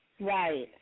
Right